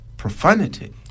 profanity